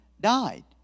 died